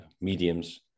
mediums